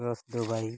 ᱨᱚᱥ ᱫᱚ ᱵᱟᱭ